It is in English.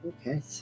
Okay